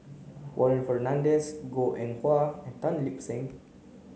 Warren Fernandez Goh Eng Wah and Tan Lip Seng